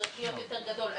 צריך להיות יותר גדול.